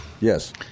yes